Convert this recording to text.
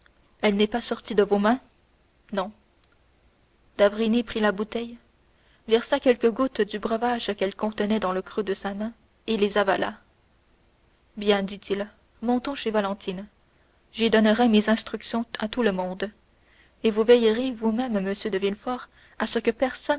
elle n'est pas sortie de vos mains non d'avrigny prit la bouteille versa quelques gouttes du breuvage qu'elle contenait dans le creux de sa main et les avala bien dit-il montons chez valentine j'y donnerai mes instructions à tout le monde et vous veillerez vous-même monsieur de villefort à ce que personne